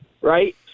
right